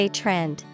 trend